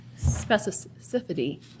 specificity